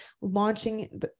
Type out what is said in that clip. launching